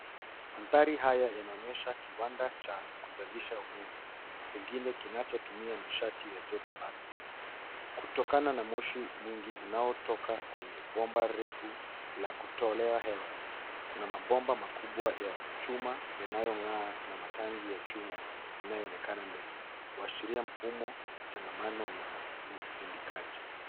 Mandhari haya yanaonyesha kiwanda cha kuzalisha umeme, pengine kinachotumia nishati ya jotoardhi, kutokana na moshi mwingi unaotoka kwenye bomba refu la kutolea hewa. Kuna mabomba makubwa ya chuma yanayoungana na matangi ya chuma yanayoonekana mbele, kuashiria mfumo changamano wa usindikaji.